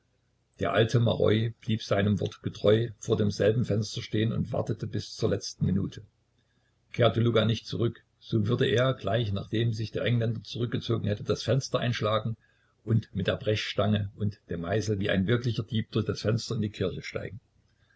der alte maroi blieb seinem worte getreu vor dem gleichen fenster stehen und wartete bis zur letzten minute kehrte luka nicht zurück so würde er gleich nachdem sich der engländer zurückgezogen hätte das fenster einschlagen und mit der brechstange und dem meißel wie ein wirklicher dieb durch das fenster in die kirche steigen